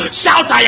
shout